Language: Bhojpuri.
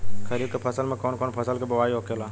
खरीफ की फसल में कौन कौन फसल के बोवाई होखेला?